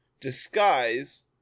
Disguise